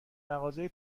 مغازه